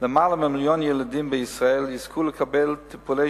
למעלה ממיליון ילדים בישראל יזכו לקבל טיפולי